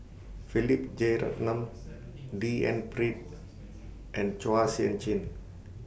Philip Jeyaretnam D N Pritt and Chua Sian Chin